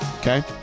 Okay